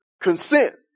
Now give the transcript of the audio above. consent